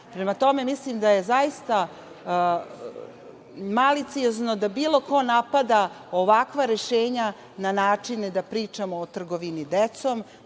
tome, mislim da je zaista maliciozno da bilo ko napada ovakva rešenja na načine da pričamo o trgovini decom,